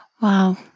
Wow